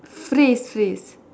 phrase phrase